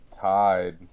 tied